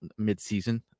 midseason